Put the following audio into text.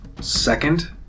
second